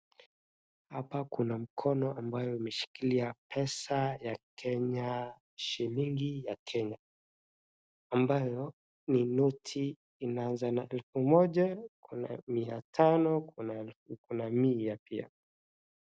Hapa kuna mkono ambayo imeshikilia pesa ya Kenya, shilingi ya Kenya. Ambayo ni noti. Imeanza na elfu moja, kuna mia tano, kuna, kuna mia pia.